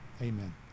Amen